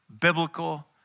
biblical